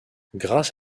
grâce